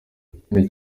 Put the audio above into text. ikindi